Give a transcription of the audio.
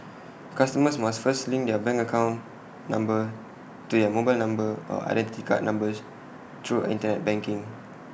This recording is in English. customers must first link their bank account number to their mobile number or Identity Card numbers through Internet banking